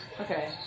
Okay